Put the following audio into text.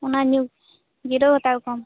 ᱚᱱᱟ ᱧᱩ ᱡᱤᱨᱟᱹᱣ ᱦᱟᱛᱟᱲ ᱠᱚᱜ ᱟᱢ